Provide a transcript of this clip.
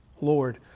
Lord